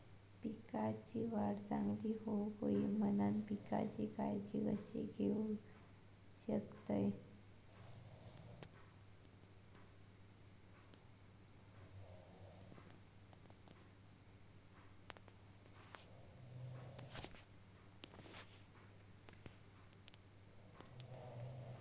पिकाची वाढ चांगली होऊक होई म्हणान पिकाची काळजी कशी घेऊक होई?